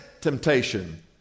temptation